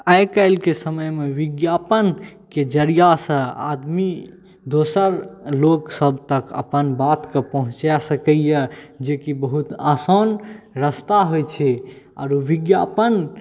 आइ काल्हि के समयमे विज्ञापन के जरिया सॅं आदमी दोसर लोक सब तक अपन बात के पहुॅंचा सकैया जे कि बहुत आसान रास्ता होइ छै अरे विज्ञापन